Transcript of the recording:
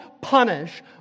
punish